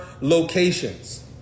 locations